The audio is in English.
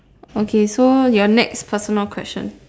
okay so your next personal question